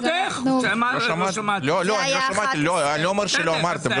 לא שמעתי נוסח ההסתייגות.